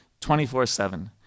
24-7